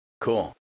Cool